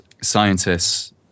scientists